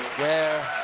where